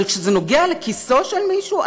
אבל כשזה נוגע לכיסו של מישהו,